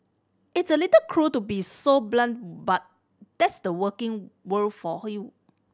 it's a little cruel to be so blunt but that's the working world for you